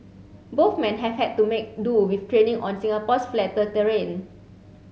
both men have had to make do with training on Singapore's flatter terrain